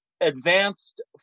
advanced